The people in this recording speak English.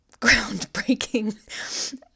groundbreaking